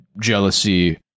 jealousy